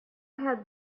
had